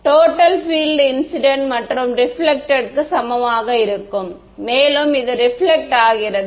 total field incident மற்றும் reflected க்கு சமமாக இருக்கும் மேலும் இது ரிபிலக்ட் ஆகிறது